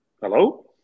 Hello